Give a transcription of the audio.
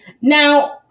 Now